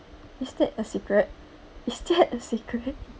is that a secret is that a secret